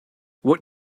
what